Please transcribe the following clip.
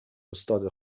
استاد